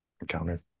encountered